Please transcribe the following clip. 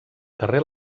carrer